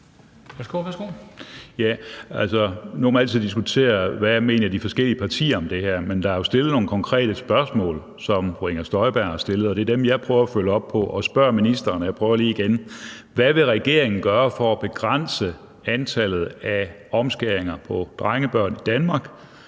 nu kan man altid diskutere, hvad de forskellige partier mener om det her, men der er jo stillet nogle konkrete spørgsmål, som fru Inger Støjberg har stillet, og det er dem, jeg prøver at følge op på ved at spørge ministeren. Jeg prøver lige igen: Hvad vil regeringen gøre for at begrænse antallet af omskæringer på drengebørn i Danmark